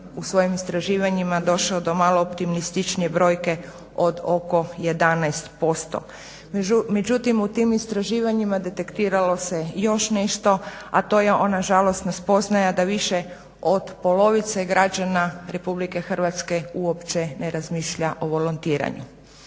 u svojim istraživanjima došao do malo optimističnije brojke od oko 11%. Međutim u tim istraživanjima detektiralo se još nešto, a to je ona žalosna spoznaja da više od polovice građana RH uopće ne razmišlja o volontiranju.